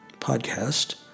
podcast